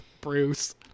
Bruce